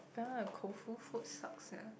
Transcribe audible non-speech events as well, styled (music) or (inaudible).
(noise) Koufu food sucks sia